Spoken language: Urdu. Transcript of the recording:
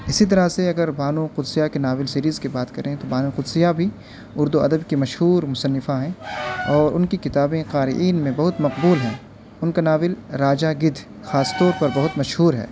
اسی طرح سے اگر بانو قدسیہ کے ناول سیریز کی بات کریں تو بانو قدسیہ بھی اردو ادب کی مشہور مصنفہ ہیں اور ان کی کتابیں قارئین میں بہت مقبول ہیں ان کا ناول راجا گدھ خاص طور پر بہت مشہور ہے